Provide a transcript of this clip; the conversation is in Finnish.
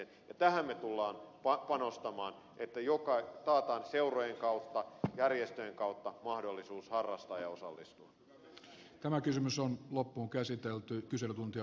tähän me tulemme panostamaan että taataan seurojen kautta järjestöjen kautta mahdollisuus harrastaa ja osallistua